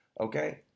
Okay